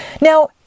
Now